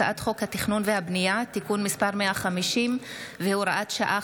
הצעת חוק התכנון והבנייה (תיקון מס' 150 והוראת שעה,